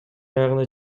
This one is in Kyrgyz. аягына